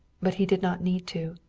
but he did not need to.